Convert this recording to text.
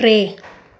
टे